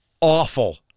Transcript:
awful